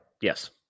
Yes